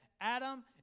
Adam